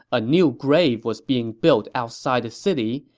a new grave was being built outside the city,